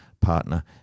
partner